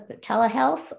telehealth